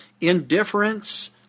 Indifference